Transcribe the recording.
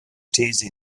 these